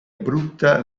brutta